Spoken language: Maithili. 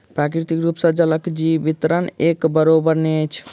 प्राकृतिक रूप सॅ जलक वितरण एक बराबैर नै अछि